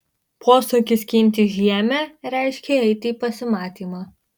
posakis skinti žiemę reiškė eiti į pasimatymą